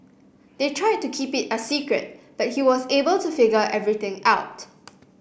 they tried to keep it a secret but he was able to figure everything out